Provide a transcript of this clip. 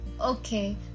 okay